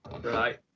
right